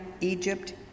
Egypt